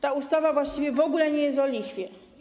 Ta ustawa właściwie w ogóle nie jest o lichwie.